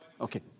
Okay